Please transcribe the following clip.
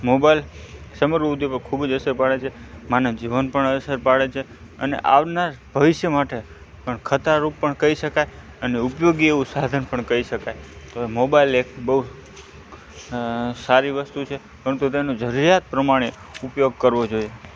mobile સમગ્ર ઉદ્યોગ પર ખૂબ જ અસર પાડે છે માનવ જીવન પર અસર પાડે છે અને આવનાર ભવિષ્ય માટે પણ ખતરારૂપ પણ કહી શકાય અને ઉપયોગી એવું સાધન પણ કહી શકાય તો મોબાઈલ એક બહુ સારી વસ્તુ છે પરંતુ તેનું જરૂરિયાત પ્રમાણે ઉપયોગ કરવો જોઈએ